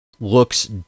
looks